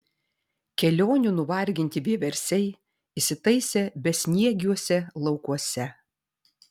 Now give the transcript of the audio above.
kelionių nuvarginti vieversiai įsitaisė besniegiuose laukuose